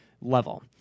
level